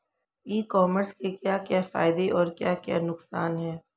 ई commerce के क्या क्या फायदे और क्या क्या नुकसान है?